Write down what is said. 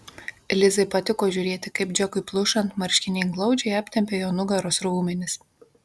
lizai patiko žiūrėti kaip džekui plušant marškiniai glaudžiai aptempia jo nugaros raumenis